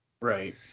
right